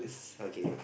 okay